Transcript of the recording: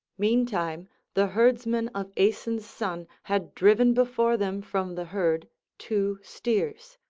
meantime the herdsmen of aeson's son had driven before them from the herd two steers.